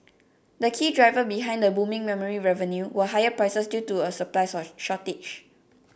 the key driver behind the booming memory revenue were higher prices due to a supplies or shortage